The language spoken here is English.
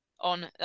on